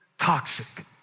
toxic